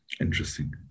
Interesting